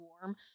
warm